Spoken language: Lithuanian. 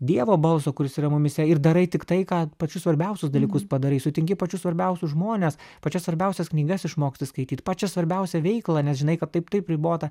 dievo balso kuris yra mumyse ir darai tiktai ką pačius svarbiausius dalykus padarai sutinki pačius svarbiausius žmones pačias svarbiausias knygas išmoksti skaityt pačią svarbiausią veiklą nes žinai kad tai taip ribota